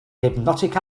hypnotic